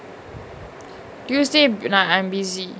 tuesday நா:na I'm busy